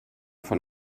von